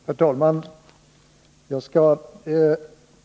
Herr talman!